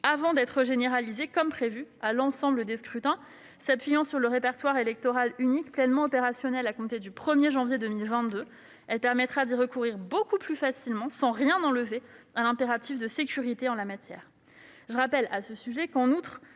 avant d'être généralisée, comme prévu, à l'ensemble des élections. S'appuyant sur le répertoire électoral unique pleinement opérationnel à compter du 1 janvier 2022, elle permettra de recourir beaucoup plus facilement au vote par procuration sans rien enlever à l'impératif de sécurité. Je rappelle à ce sujet que nos